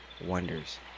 wonders